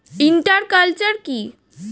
Inter culture কি?